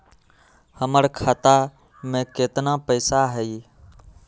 हमर खाता में केतना पैसा हई?